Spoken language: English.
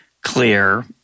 clear